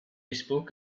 spoke